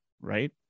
Right